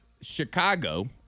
Chicago